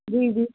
जी जी